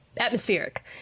atmospheric